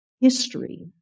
history